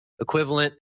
equivalent